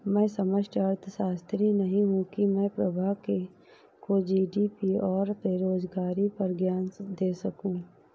मैं समष्टि अर्थशास्त्री नहीं हूं की मैं प्रभा को जी.डी.पी और बेरोजगारी पर ज्ञान दे सकूं